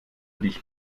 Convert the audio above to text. dich